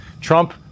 Trump